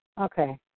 Okay